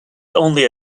only